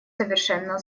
совершенно